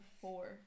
four